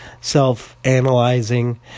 self-analyzing